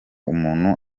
umuntu